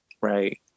Right